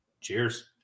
Cheers